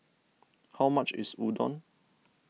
how much is Udon